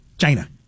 China